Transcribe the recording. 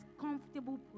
comfortable